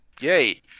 yay